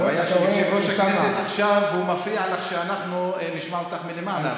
אבל הבעיה היא שיושב-ראש הכנסת מפריע לך שאנחנו נשמע אותך מלמעלה,